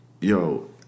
yo